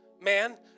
man